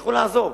יצטרכו לעזוב.